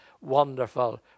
wonderful